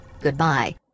Goodbye